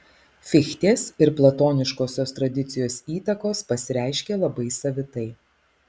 fichtės ir platoniškosios tradicijos įtakos pasireiškė labai savitai